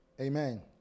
Amen